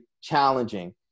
challenging